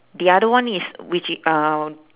the other one is which i~ um